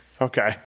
Okay